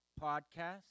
podcast